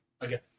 again